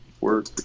work